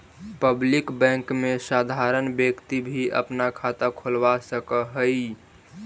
public bank में साधारण व्यक्ति भी अपना खाता खोलवा सकऽ हइ